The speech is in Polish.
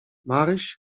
maryś